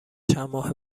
چندماه